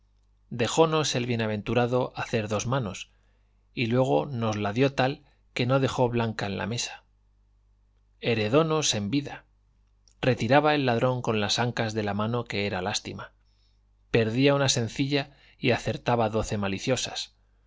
le enseñásemos dejónos el bienaventurado hacer dos manos y luego nos la dio tal que no dejó blanca en la mesa heredónos en vida retiraba el ladrón con las ancas de la mano que era lástima perdía una sencilla y acertaba doce maliciosas